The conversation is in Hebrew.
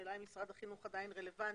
השאלה אם משרד החינוך עדיין רלוונטי.